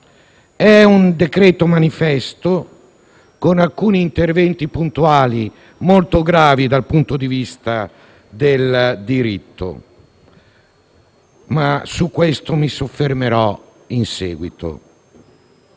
È un decreto-legge manifesto, con alcuni interventi puntuali molto gravi dal punto di vista del diritto; ma su questo mi soffermerò in seguito.